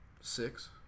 Six